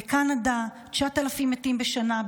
בקנדה 9,000 מתים בשנה,